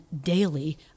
daily